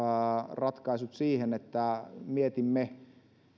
ratkaisut että mietimme